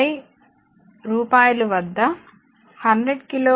5 రూపాయలు వద్ద 100కిలో వాట్ హవర్